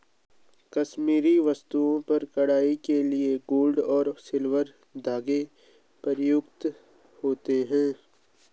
कश्मीरी वस्त्रों पर कढ़ाई के लिए गोल्ड और सिल्वर धागे प्रयुक्त होते हैं